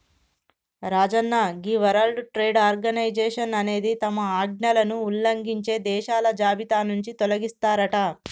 రాజన్న గీ World Trade Organisation అనేది తమ ఆజ్ఞలను ఉల్లంఘించే దేశాల జాబితా నుంచి తొలగిస్తారట